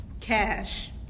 cash